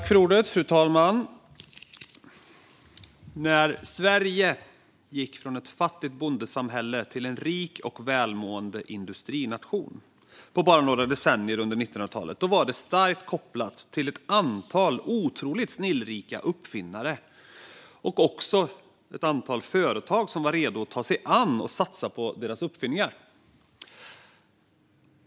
Fru talman! När Sverige gick från ett fattigt bondesamhälle till en rik och välmående industrination på bara några decennier under 1900-talet var det starkt kopplat till ett antal otroligt snillrika uppfinnare och också ett antal företag som var redo att ta sig an och satsa på deras uppfinningar.